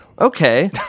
Okay